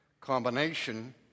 combination